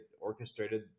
orchestrated